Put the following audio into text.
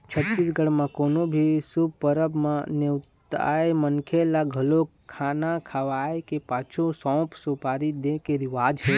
छत्तीसगढ़ म कोनो भी शुभ परब म नेवताए मनखे ल घलोक खाना खवाए के पाछू सउफ, सुपारी दे के रिवाज हे